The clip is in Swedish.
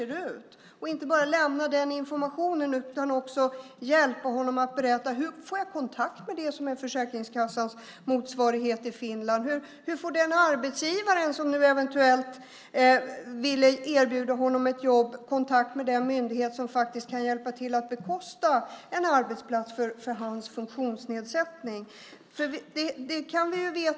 Och man skulle inte bara lämna den informationen utan också berätta för honom hur han får kontakt med det som är Försäkringskassans motsvarighet i Finland och hur arbetsgivaren som ville erbjuda honom ett jobb får kontakt med den myndighet som kan hjälpa till att bekosta en arbetsplats för hans funktionsnedsättning.